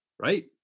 right